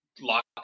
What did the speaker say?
Lock